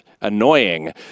annoying